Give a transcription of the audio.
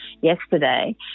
yesterday